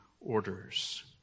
orders